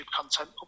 content